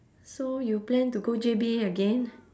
so you plan to go J_B again